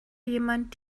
jemand